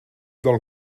del